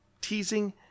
teasing